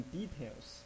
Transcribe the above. details